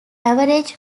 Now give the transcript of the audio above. average